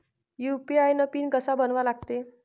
UPI PIN कसा बनवा लागते?